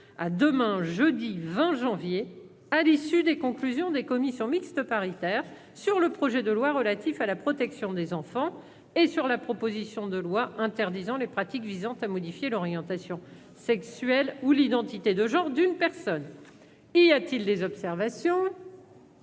à demain, jeudi 20 janvier, à l'issue des conclusions des commissions mixtes paritaires sur le projet de loi relatif à la protection des enfants et sur la proposition de loi interdisant les pratiques visant à modifier l'orientation sexuelle ou l'identité de genre d'une personne. Il n'y a pas d'observation ?